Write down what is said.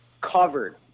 covered